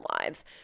lives